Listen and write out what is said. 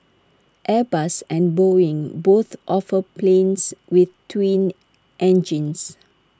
airbus and boeing both offer planes with twin engines